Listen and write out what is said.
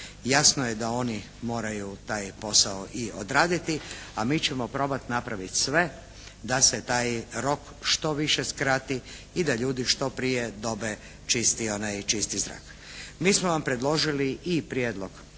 Jasno je da oni moraju taj posao i odraditi a mi ćemo probati napraviti sve da se taj rok što više skrati i da ljudi što prije dobe čisti, čisti zrak. Mi smo vam predložili i prijedlog